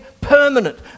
permanent